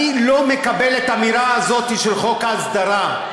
אני לא מקבל את המילה הזאת של חוק ההסדרה.